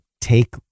take